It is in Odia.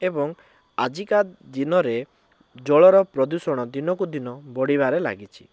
ଏବଂ ଆଜିକା ଦିନରେ ଜଳର ପ୍ରଦୂଷଣ ଦିନକୁ ଦିନ ବଢ଼ିବାରେ ଲାଗିଛି